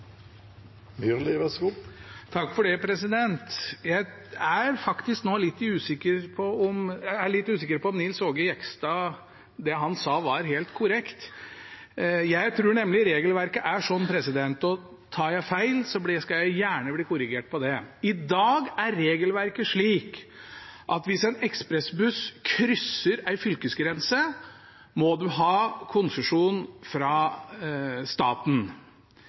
litt usikker på om det Nils Aage Jegstad sa, er helt korrekt. Jeg tror nemlig regelverket er slik i dag – og tar jeg feil, skal jeg gjerne bli korrigert – at hvis en ekspressbuss krysser en fylkesgrense, må en ha konsesjon fra staten.